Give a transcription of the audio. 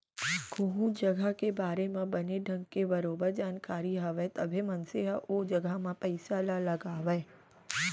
कोहूँ जघा के बारे म बने ढंग के बरोबर जानकारी हवय तभे मनसे ह ओ जघा म पइसा ल लगावय